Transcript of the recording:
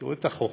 תראו את החוכמה.